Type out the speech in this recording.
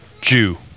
Jew